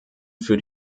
für